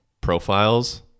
profiles